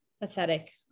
pathetic